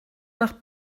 nach